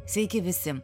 sveiki visi